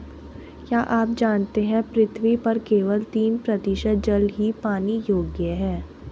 क्या आप जानते है पृथ्वी पर केवल तीन प्रतिशत जल ही पीने योग्य है?